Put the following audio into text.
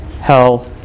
hell